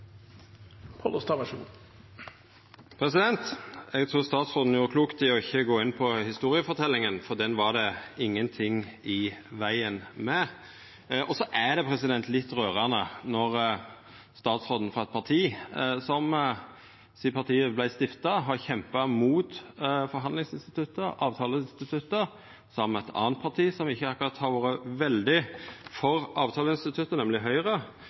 Eg trur statsråden gjorde klokt i ikkje å gå inn på historieforteljinga, for den var det ingenting i vegen med. Det er litt rørande når statsråden frå eit parti som sidan partiet vart stifta, har kjempa imot forhandlingsinstituttet, avtaleinstituttet, saman med eit anna parti som ikkje akkurat har vore veldig for avtaleinstituttet, nemleg Høgre,